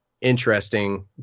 interesting